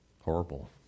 horrible